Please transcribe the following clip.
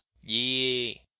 Yee